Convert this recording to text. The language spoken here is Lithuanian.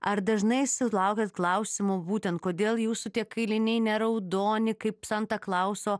ar dažnai sulaukiat klausimų būtent kodėl jūsų tie kailiniai ne raudoni kaip santa klauso